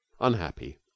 Unhappy